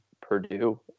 Purdue